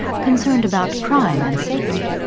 concerned about crime and safety,